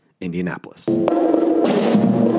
Indianapolis